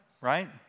right